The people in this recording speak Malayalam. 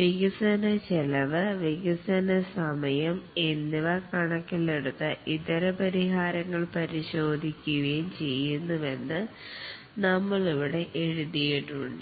വികസന ചെലവ് വികസന സമയം എന്നിവ കണക്കിലെടുത്ത് ഇതര പരിഹാരങ്ങൾ പരിശോധിക്കുകയും ചെയ്യുന്നുവെന്ന് നമ്മൾ ഇവിടെ എഴുതിയിട്ടുണ്ട്